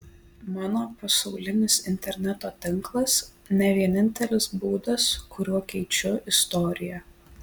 mano pasaulinis interneto tinklas ne vienintelis būdas kuriuo keičiu istoriją